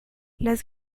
las